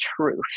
truth